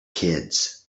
kids